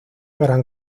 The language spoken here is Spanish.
gran